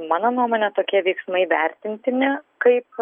mano nuomone tokie veiksmai vertintini kaip